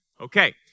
okay